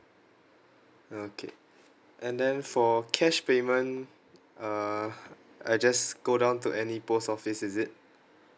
okay and then for cash payment uh I just go down to any post office is it